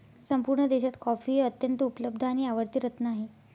संपूर्ण देशात कॉफी हे अत्यंत उपलब्ध आणि आवडते रत्न आहे